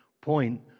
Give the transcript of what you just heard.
point